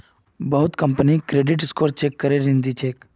बहुत company credit score check करे ऋण दी छेक